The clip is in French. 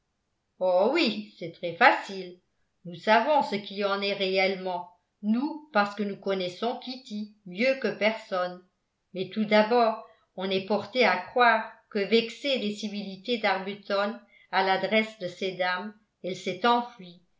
oh oui c'est très facile nous savons ce qui en est réellement nous parce que nous connaissons kitty mieux que personne mais tout d'abord on est porté à croire que vexée des civilités d'arbuton à l'adresse de ces dames elle s'est enfuie